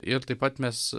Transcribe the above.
ir taip pat mes